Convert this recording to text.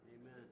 Amen